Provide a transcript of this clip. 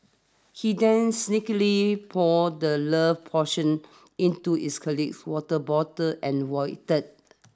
he then sneakily poured the love portion into his colleague's water bottle and waited